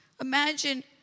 Imagine